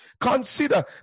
Consider